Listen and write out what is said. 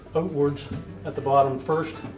outwards at the bottom first